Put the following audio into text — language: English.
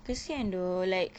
kesian dah like